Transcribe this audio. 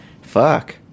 Fuck